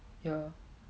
ya